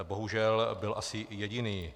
Bohužel byl asi jediný.